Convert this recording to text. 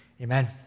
amen